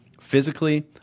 Physically